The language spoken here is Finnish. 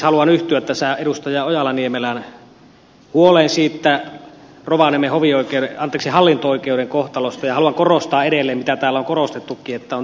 haluan yhtyä edustaja ojala niemelän huoleen rovaniemen hallinto oikeuden kohtalosta ja haluan korostaa edelleen mitä täällä on korostettukin